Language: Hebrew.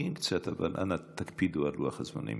חורגים קצת, אבל אנא תקפידו על לוח הזמנים.